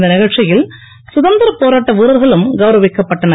இந்த நிகழ்ச்சியில் சுதந்திரப் போராட்ட வீரர்களும் கௌரவிக்கப்பட்டனர்